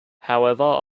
however